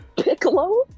Piccolo